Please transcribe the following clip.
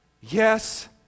yes